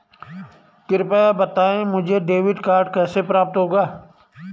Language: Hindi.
कृपया बताएँ मुझे डेबिट कार्ड कैसे प्राप्त होगा?